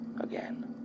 again